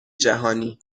جهانی